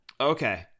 Okay